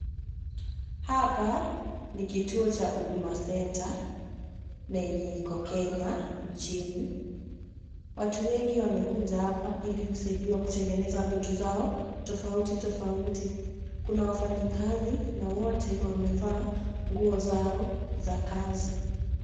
Hapa, ni kituo cha Huduma Centre, na yenye iko Kenya nchini, watu wengi wamekuja hapa ili kusaidiwa kutengeneza vitu vyao tofauti tofauti. Kuna wafanyikazi na wote wamevaa nguo zao za kazi.